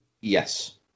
yes